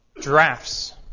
drafts